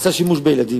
עשה שימוש בילדים.